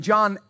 John